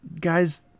guys